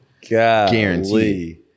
Guarantee